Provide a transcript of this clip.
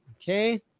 Okay